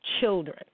children